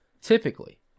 typically